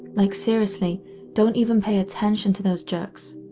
like seriously don't even pay attention to those jerks.